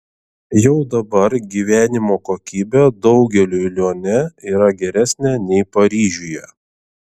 jau dabar gyvenimo kokybė daugeliui lione yra geresnė nei paryžiuje